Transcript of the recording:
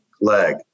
leg